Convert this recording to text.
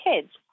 kids